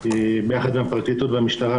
ביחד עם הפרקליטות והמשטרה,